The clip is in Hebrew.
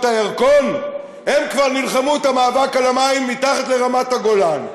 הירקון הם כבר נלחמו את המאבק על המים מתחת לרמת-הגולן.